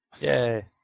Yay